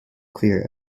clear